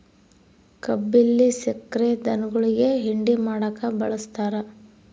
ಕಬ್ಬಿಲ್ಲಿ ಸಕ್ರೆ ಧನುಗುಳಿಗಿ ಹಿಂಡಿ ಮಾಡಕ ಬಳಸ್ತಾರ